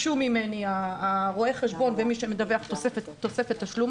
ביקשו ממני רואה החשבון ומי שמדווח תוספת תשלום